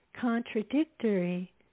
contradictory